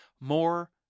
more